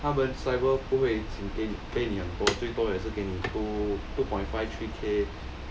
他们 cyber 不会请 pay 你很多最多也是给你 two two point five three K